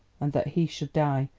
and that he should die,